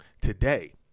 today